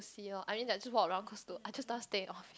see loh I mean like just walk around cause to I just don't want stay loh